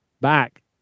back